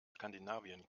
skandinavien